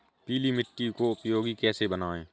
पीली मिट्टी को उपयोगी कैसे बनाएँ?